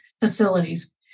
facilities